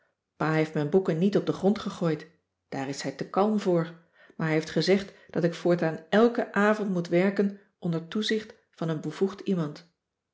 pa heeft mijn boeken niet op den grond gegooid daar is hij te kalm voor maar hij heeft gezegd dat ik voortaan elken avond moet werken onder toezicht van een bevoegd iemand